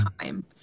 time